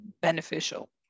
beneficial